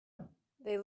they